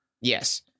Yes